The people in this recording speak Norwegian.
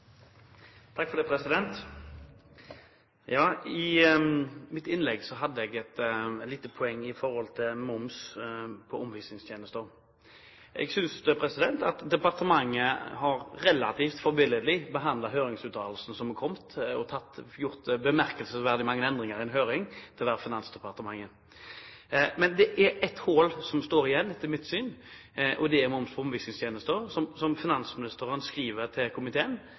I mitt innlegg hadde jeg et lite poeng som gjaldt moms på omvisningstjenester. Jeg synes at departementet relativt forbilledlig har behandlet høringsuttalelsene som har kommet, og gjort bemerkelsesverdig mange endringer etter en høring til å være Finansdepartementet. Det er et hull som står igjen, etter mitt syn, og det er moms på omvisningstjenester. Finansministeren skriver til komiteen